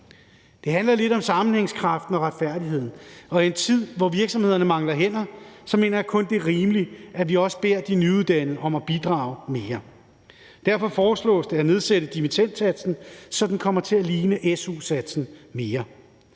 Det handler lidt om sammenhængskraft og retfærdighed, og i en tid, hvor virksomhederne mangler hænder, mener jeg kun det er rimeligt, at vi også beder de nyuddannede om at bidrage mere. Derfor foreslås det at nedsætte dimittendsatsen, så den kommer til at ligne su-satsen mere.